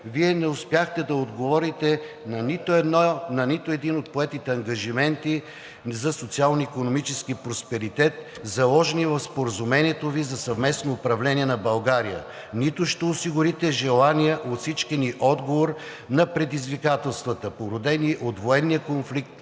Вие не успяхте да отговорите на нито един от поетите ангажименти за социално-икономически просперитет, заложени в Споразумението Ви за съвместно управление на България, нито ще осигурите желания от всички ни отговор на предизвикателствата, породени от военния конфликт